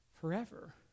forever